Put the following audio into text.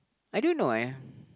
I don't know eh